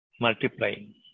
multiplying